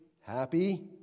happy